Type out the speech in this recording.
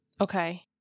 Okay